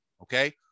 Okay